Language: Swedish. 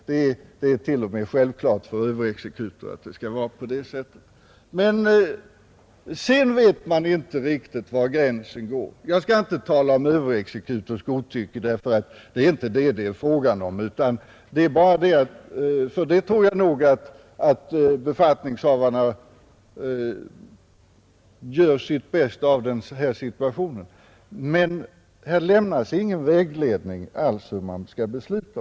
Det är t.o.m. självklart för överexekutor att det skall vara så. Men därutöver vet man inte riktigt var gränsen går. Jag skall inte tala om något överexekutors godtycke, ty det är inte det som det är fråga om. Jag tror nog att befattningshavarna gör det bästa av 42 situationen. Men det lämnas inte alls någon vägledning om hur de skall besluta.